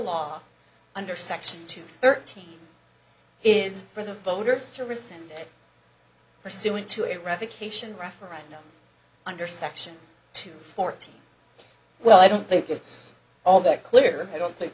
law under section two thirteen is for the voters to rescind pursuant to a revocation referendum under section two fourteen well i don't think it's all that clear and i don't t